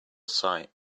sight